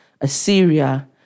Assyria